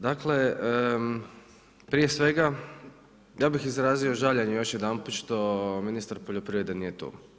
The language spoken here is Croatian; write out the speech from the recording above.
Dakle, prije svega, ja bi izrazio žaljenje još jedanput, što ministar poljoprivrede nije tu.